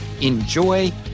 Enjoy